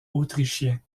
autrichiens